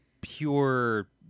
pure